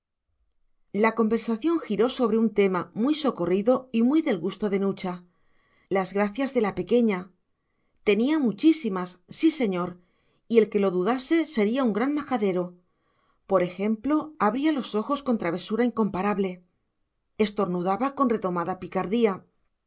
la conversación giró sobre un tema muy socorrido y muy del gusto de nucha las gracias de la pequeña tenía muchísimas sí señor y el que lo dudase sería un gran majadero por ejemplo abría los ojos con travesura incomparable estornudaba con redomada picardía